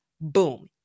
Boom